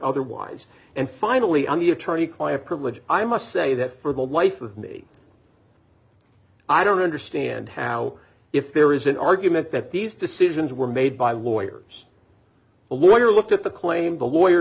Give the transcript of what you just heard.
otherwise and finally on the attorney client privilege i must say that for the life of me i don't understand how if there is an argument that these decisions were made by lawyers a lawyer looked at the claim the lawyer